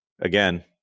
again